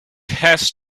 has